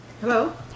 Hello